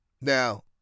now